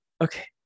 Okay